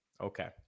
okay